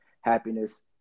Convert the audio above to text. happiness